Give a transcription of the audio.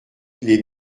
les